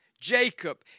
Jacob